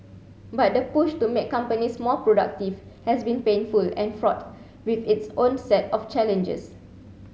but the push to make companies more productive has been painful and fraught with its own set of challenges